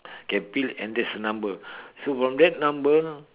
can peel and there's a number so from that number